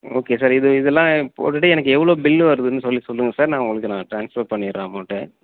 okay sir இது இதெல்லாம் போட்டுவிட்டு எனக்கு எவ்வளோ பில் வருதுன்னு சொல்லி சொல்லுங்கள் சார் நான் உங்களுக்கு நான் ட்ரான்ஸ்பெர் பண்ணிவிட்றேன் அமௌண்டை